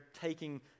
taking